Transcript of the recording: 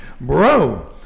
Bro